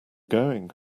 going